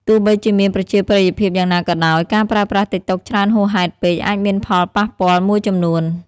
ទោះបីជាមានប្រជាប្រិយភាពយ៉ាងណាក៏ដោយ ការប្រើប្រាស់តិកតុកច្រើនហួសហេតុពេកអាចមានផលប៉ះពាល់មួយចំនួន។